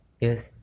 Yes